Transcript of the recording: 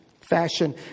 fashion